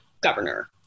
governor